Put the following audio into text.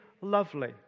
lovely